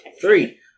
Three